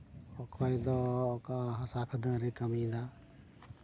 ᱚᱠᱚᱭ ᱫᱚ ᱚᱠᱟ ᱦᱟᱥᱟ ᱠᱷᱟᱹᱫᱟᱹᱱ ᱨᱮ ᱠᱟᱹᱢᱤ ᱮᱫᱟᱭ